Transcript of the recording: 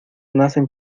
nacen